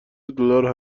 دلار